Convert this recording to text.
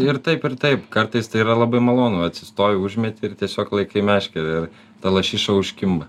ir taip ir taip kartais tai yra labai malonu atsistoji užmeti ir tiesiog laikai meškerę ir ta lašiša užkimba